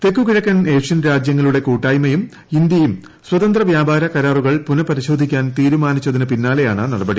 തെക്ക് കിഴക്കൻ ഏഷ്യൻ രാജ്യങ്ങളുടെ കൂട്ടായ്മയും ഇന്ത്യയും സ്വതന്ത്ര വ്യാപാര കരാറുകൾ പുനപരിശോധ്രിക്കാൻ തീരുമാനിച്ചതിനു പിന്നാലെയാണ് നടപടി